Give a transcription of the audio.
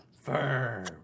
Firm